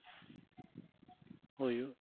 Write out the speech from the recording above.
ᱦᱩᱭᱩᱜ